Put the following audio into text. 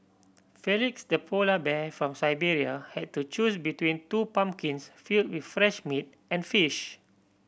Felix the polar bear from Siberia had to choose between two pumpkins fill with fresh meat and fish